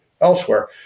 elsewhere